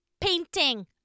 painting